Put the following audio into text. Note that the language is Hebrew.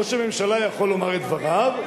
ראש הממשלה יכול לומר את דבריו,